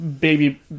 baby